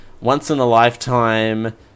once-in-a-lifetime